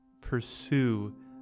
Pursue